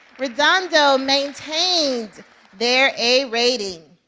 redondo maintained their a rating.